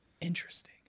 Interesting